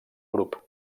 grup